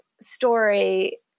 story